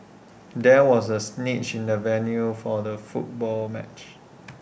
there was A snitch in the venue for the football match